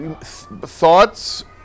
thoughts